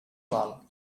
vol